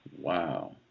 Wow